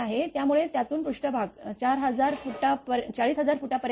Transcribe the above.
त्यामुळे त्यातून पृष्ठभाग ४०००० फुटांपर्यंत आहे